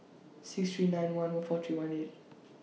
six three nine one O four three one eight